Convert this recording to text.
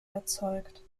erzeugt